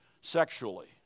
sexually